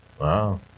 Wow